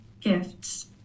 gifts